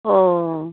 অঁ